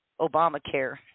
Obamacare